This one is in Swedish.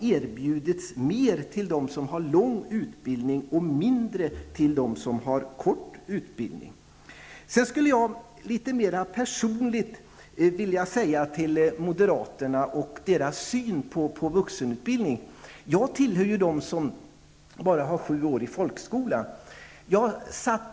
erbjudits mer till dem som har lång utbildning och mindre till dem som har kort utbildning. Jag vill litet mer personligt tillägga något om moderaterna och deras syn på vuxenutbildning. Jag tillhör dem som bara gått sju år i folkskola.